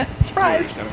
Surprise